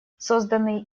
созданный